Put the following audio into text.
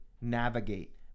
navigate